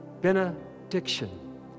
benediction